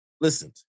listen